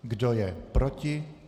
Kdo je proti?